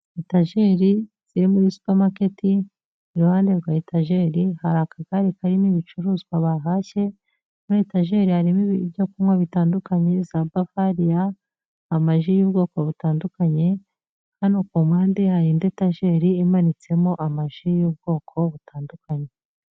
Etajeri ziri muri supermarket, iruhande rwa etajeri hari akagare karimo ibicuruzwa bahashye, muri etajeri harimo ibyo kunywa bitandukanye, za Bavariya, amaji y'ubwoko butandukanye, hano ku mpande hari indi etajeri, imanitsemo amaji y'ubwoko butandukanye.